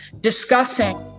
Discussing